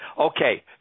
okay